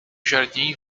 jardim